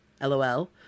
LOL